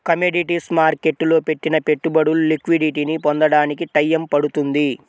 commodities మార్కెట్టులో పెట్టిన పెట్టుబడులు లిక్విడిటీని పొందడానికి టైయ్యం పడుతుంది